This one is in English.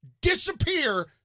disappear